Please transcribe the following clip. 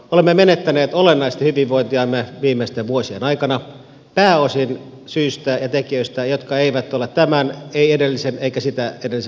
olemme menettäneet olennaisesti hyvinvointiamme viimeisten vuosien aikana pääosin syystä ja tekijöistä jotka eivät ole tämän eivät edellisen eivätkä sitä edellisen hallituksen syytä